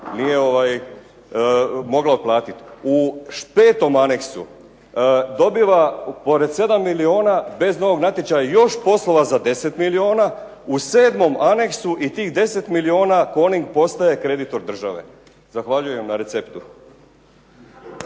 nije mogla otplatiti. U 5. anexu dobiva pored 7 milijuna bez novog natječaja još poslova za 10 milijuna. U 7. anexu i tih 10 milijuna "Coning" postaje kreditor države. Zahvaljujem na receptu.